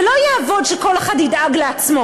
זה לא יעבוד, שכל אחד ידאג לעצמו.